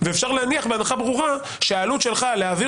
ואפשר להניח בהנחה ברורה שהעלות שלך להעביר